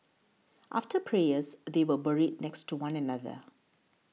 after prayers they were buried next to one another